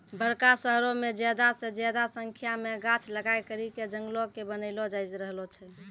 बड़का शहरो मे ज्यादा से ज्यादा संख्या मे गाछ लगाय करि के जंगलो के बनैलो जाय रहलो छै